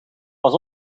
pas